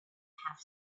have